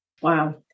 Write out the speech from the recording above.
Wow